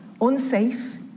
unsafe